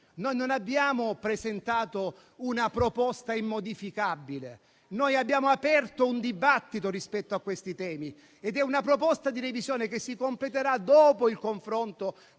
non abbiamo presentato una proposta immodificabile, ma abbiamo aperto un dibattito rispetto a questi temi ed è una proposta di revisione che si completerà dopo il confronto